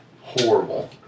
horrible